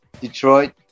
Detroit